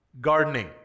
gardening